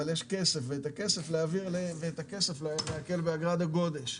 אבל יש כסף ואת הכסף להקל באגרת הגודש.